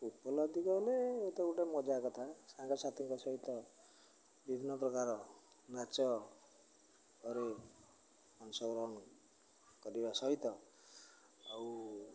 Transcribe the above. ଉପଲବ୍ଧି କହିଲେ ମତେ ଗୋଟେ ମଜା କଥା ସାଙ୍ଗସାଥୀଙ୍କ ସହିତ ବିଭିନ୍ନ ପ୍ରକାର ନାଚ କରି ଅଂଶଗ୍ରହଣ କରିବା ସହିତ ଆଉ